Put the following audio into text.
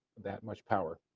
that much power.